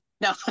no